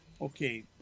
okay